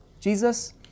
Jesus